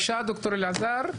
דוקטור אלעזר?